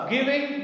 Giving